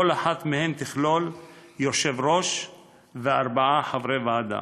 כל אחת מהן תכלול יושב-ראש וארבעה חברי ועדה.